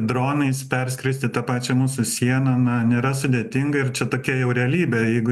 dronais perskristi tą pačią mūsų sieną na nėra sudėtinga ir čia tokia jau realybė jeigu